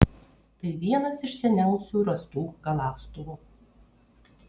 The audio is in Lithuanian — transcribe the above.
tai vienas iš seniausių rastų galąstuvų